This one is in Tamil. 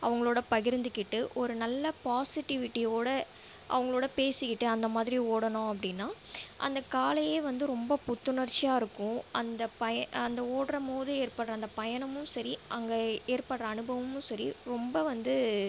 அவங்களோட பகிர்ந்துக்கிட்டு ஒரு நல்ல பாசிட்டிவிட்டியோடய அவங்களோட பேசிகிட்டு அந்த மாதிரி ஓடணும் அப்படினா அந்த காலையே வந்து ரொம்ப புத்துணர்ச்சியாக இருக்கும் அந்த பய அந்த ஓடுகிற போது ஏற்படுற அந்த பயணமும் சரி அங்க ஏற்படுகிற அனுபவமும் சரி ரொம்ப வந்து